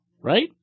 Right